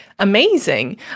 amazing